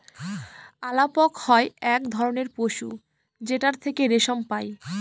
আলাপক হয় এক ধরনের পশু যেটার থেকে রেশম পাই